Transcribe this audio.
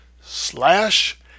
slash